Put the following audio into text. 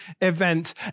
event